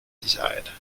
desired